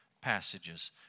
passages